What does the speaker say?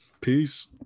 peace